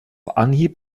anhieb